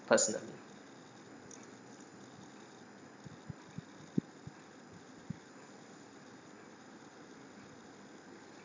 personally